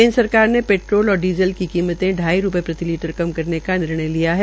केन्द्र सरकार ने पेट्रोल और डीज़ल की कीमतें ढाई रूपये प्रति लीटर कम करने का निर्णय लिया है